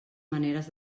maneres